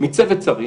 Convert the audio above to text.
מצוות שרים